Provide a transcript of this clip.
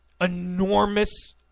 Enormous